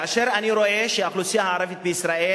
כאשר אני רואה שהאוכלוסייה הערבית בישראל,